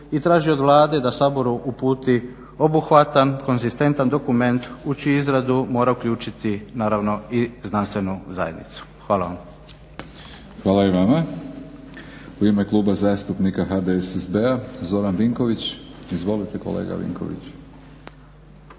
Milorad (HNS)** Hvala i vama. U ime Kluba zastupnika HDSSB-a Zoran Vinković. Izvolite kolega Vinković.